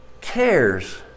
cares